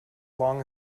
long